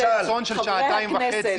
יש בפייסבוק סרטון באורך של שעתיים וחצי.